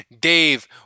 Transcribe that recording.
Dave